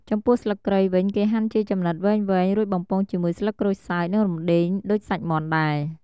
ចំពោះស្លឹកគ្រៃវិញគេហាន់ជាចំណិតវែងៗរួចបំពងជាមួយស្លឹកក្រូចសើច និងរំដេងដូចសាច់មាន់ដែរ។